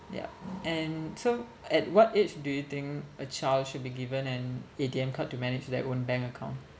yup and so at what age do you think a child should be given an A_T_M card to manage their own bank account